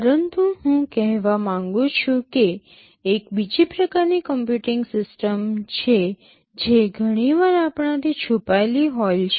પરંતુ હું કહેવા માંગુ છું કે એક બીજી પ્રકારની કમ્પ્યુટિંગ સિસ્ટમ છે જે ઘણી વાર આપણાથી છુપાયેલી હોય છે